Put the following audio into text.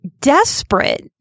desperate